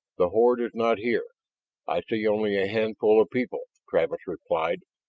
the horde is not here i see only a handful of people, travis replied.